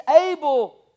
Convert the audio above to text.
able